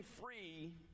free